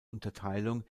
unterteilung